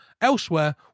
Elsewhere